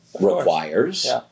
requires